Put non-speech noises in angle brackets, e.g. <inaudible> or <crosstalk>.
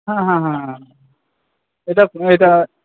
হ্যাঁ হ্যাঁ হ্যাঁ হ্যাঁ হ্যাঁ এটা <unintelligible> এটা